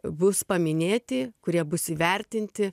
bus paminėti kurie bus įvertinti